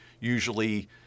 usually